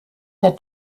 der